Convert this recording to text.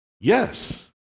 yes